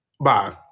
Bye